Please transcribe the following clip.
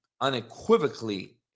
unequivocally